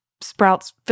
sprouts